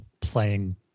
playing